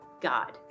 God